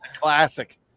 Classic